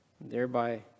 thereby